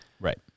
Right